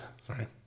sorry